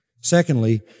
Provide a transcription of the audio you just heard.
Secondly